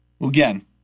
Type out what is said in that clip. again